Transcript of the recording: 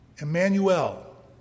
Emmanuel